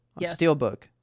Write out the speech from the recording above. steelbook